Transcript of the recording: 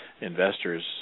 investors